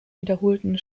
wiederholten